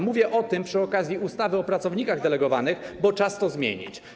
Mówię o tym przy okazji ustawy o pracownikach delegowanych, bo czas to zmienić.